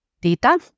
data